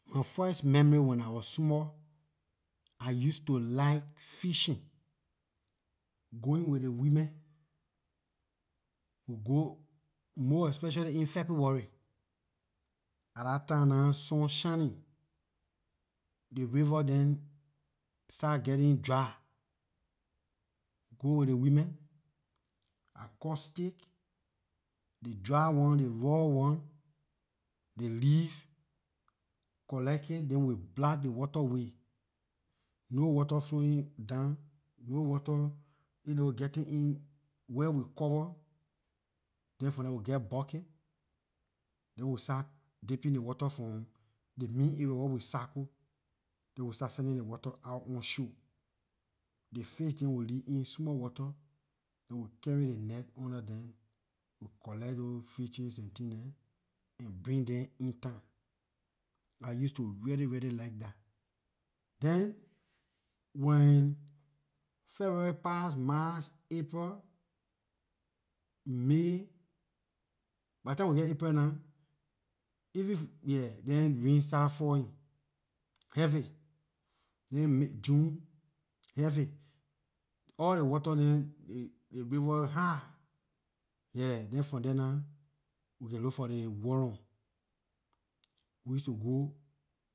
My first memory when I wor small, I used to like fishing, going with the women, we go- most especially in february, at dah time nah sun shinning, dey river dem start getting dry. Go with ley women I cut stick the dry one the raw one the leaf collect it then we block ley water way, no water flowing down no water getting in where we covered then from there we geh bucket, then we start dipping ley water from ley main area where we circle, then we start sending the water out on shore. The fish neh will leave in small water then we carry ley net under them we collect those fishes and things dem and bring them in town. I used to really really like dah, then when february passed, march april, may, by ley time we geh in april nah then rain start falling heavy, then june, heavy, all ley water dem ley river high, yeah, from there nah we can look for ley worm. We used to go